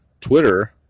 Twitter